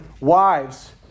Wives